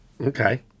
Okay